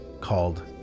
called